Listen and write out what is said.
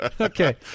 Okay